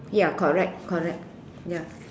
ya correct correct ya